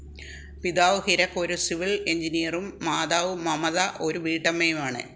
പിതാവ് ഹിരക് ഒരു സിവിൽ എഞ്ചിനീയറും മാതാവ് മമത ഒരു വീട്ടമ്മയുമാണ്